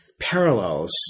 Parallels